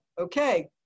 okay